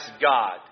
God